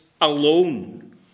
alone